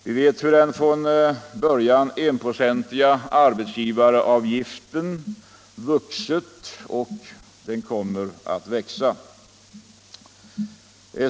Vi vet hur den från början enprocentiga arbetsgivaravgiften vuxit, och den kommer att växa.